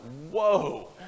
whoa